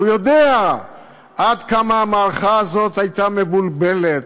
והוא יודע עד כמה המערכה הזאת הייתה מבולבלת,